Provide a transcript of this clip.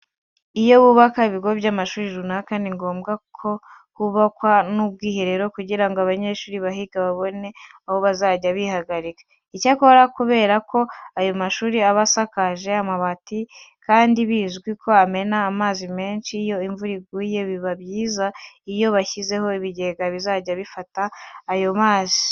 Iyo bubaka ibigo by'amashuri runaka ni ngombwa ko hubakwa n'ubwiherero kugira ngo abanyeshuri bahiga babone aho bazajya bihagarika. Icyakora kubera ko ayo mashuri aba asakaje amabati kandi bizwi ko amena amazi menshi iyo imvura iguye biba byiza iyo bashyizeho ibigega bizajya bifata ayo mazi.